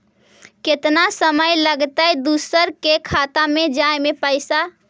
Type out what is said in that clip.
केतना समय लगतैय दुसर के खाता में जाय में पैसा?